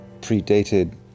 predated